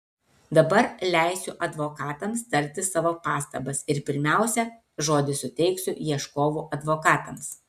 dabar leisiu advokatams tarti savo pastabas ir pirmiausia žodį suteiksiu ieškovų advokatams